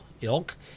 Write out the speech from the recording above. ilk